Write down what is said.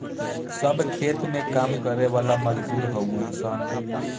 सब खेत में काम करे वाला मजदूर हउवन सन